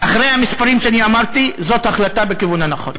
אחרי המספרים שאמרתי, זאת החלטה בכיוון הנכון.